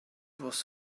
was